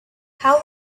how